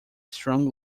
strong